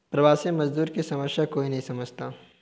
प्रवासी मजदूर की समस्या कोई नहीं समझता